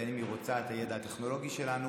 בין שהיא רוצה את הידע הטכנולוגי שלנו,